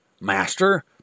master